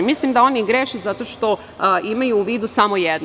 Mislim da oni greše zato što imaju u vidu samo jedno.